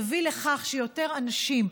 תביא לכך שיותר אנשים,